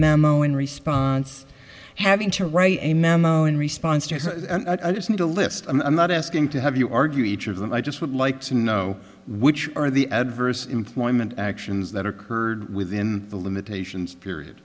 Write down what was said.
memo in response having to write a memo in response to the list i'm not asking to have you argue each of them i just would like to know which are the adverse employment actions that occurred within the limitations period